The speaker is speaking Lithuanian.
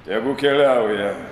tegu keliauja